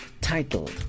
titled